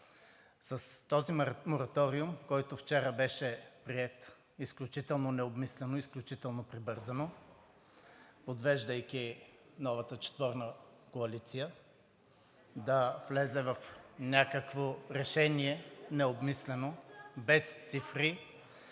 С този мораториум, който вчера беше приет, изключително необмислено, изключително прибързано, подвеждайки новата четворна коалиция да влезе в някакво необмислено решение без цифри